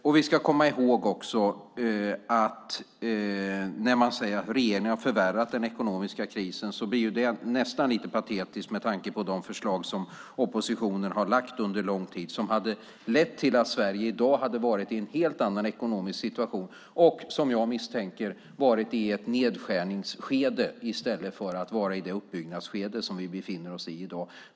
Vi ska också komma ihåg att när man säger att regeringen har förvärrat den ekonomiska krisen blir det nästan lite patetiskt med tanke på de förslag som oppositionen har lagt fram under lång tid och som skulle ha lett till att Sverige i dag hade varit i en helt annan ekonomisk situation och, som jag misstänker, varit i ett nedskärningsskede i stället för att vara i det uppbyggnadsskede som vi befinner oss i i dag.